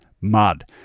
mud